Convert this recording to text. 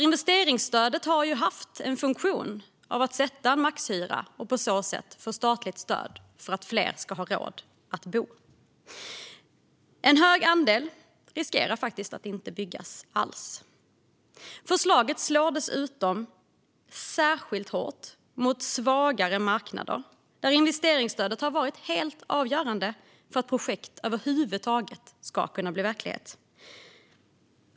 Investeringsstödet har haft funktionen att sätta maxhyra, vilket har gjort att man har kunnat få statligt stöd för att fler ska ha råd att bo. En hög andel riskerar att inte byggas alls. Förslaget slår dessutom särskilt hårt mot svagare marknader där investeringsstödet har varit helt avgörande för att projekt över huvud taget ska bli verklighet.